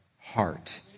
heart